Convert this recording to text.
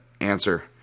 answer